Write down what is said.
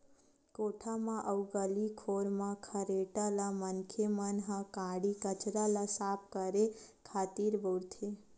कोठा म अउ गली खोर म खरेटा ल मनखे मन ह काड़ी कचरा ल साफ करे खातिर बउरथे